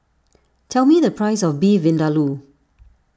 tell me the price of Beef Vindaloo